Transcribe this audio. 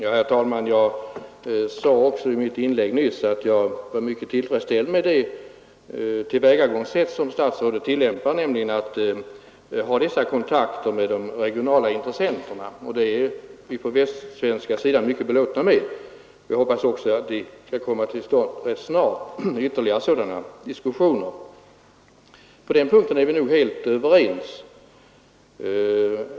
Herr talman! Jag sade också i mitt inlägg nyss att jag var mycket tillfredsställd med det tillvägagångssätt som statsrådet tillämpar, nämligen att ha dessa kontakter med de regionala intressenterna. Detta är vi på den västsvenska sidan mycket belåtna med. Vi hoppas också att ytterligare sådana diskussioner skall komma till stånd rätt snart. På den punkten torde vi således vara helt överens.